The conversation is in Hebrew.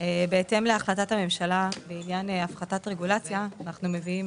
בהתאם להחלטת ממשלה בעניין הפחתת רגולציה אנחנו מביאים